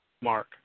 mark